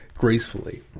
gracefully